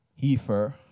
heifer